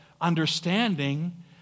understanding